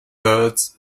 thirds